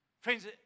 Friends